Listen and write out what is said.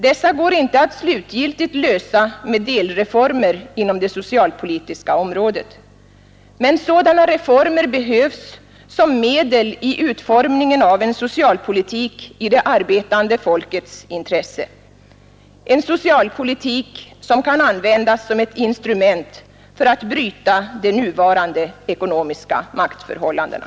Dessa går inte att slutgiltigt lösa med delreformer inom det socialpolitiska området, men sådana reformer behövs som medel i utformningen av en socialpolitik i det arbetande folkets intresse, en socialpolitik som kan användas som ett instrument för att bryta de nuvarande ekonomiska maktförhållandena.